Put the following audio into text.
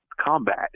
combat